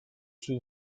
two